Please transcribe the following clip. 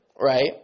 right